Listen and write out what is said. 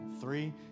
Three